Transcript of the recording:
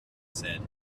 said